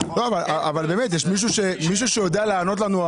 יש מישהו שיודע לענות לנו?